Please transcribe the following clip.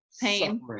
pain